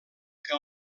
que